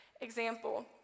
example